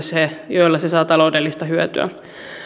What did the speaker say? joilla se saa taloudellista hyötyä